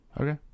okay